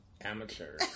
Amateur